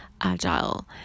agile